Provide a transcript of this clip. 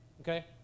Okay